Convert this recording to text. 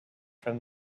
from